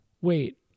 Wait